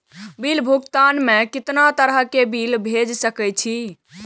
Bill भुगतान में कितना तरह के बिल भेज सके छी?